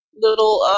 little